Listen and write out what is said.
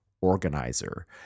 organizer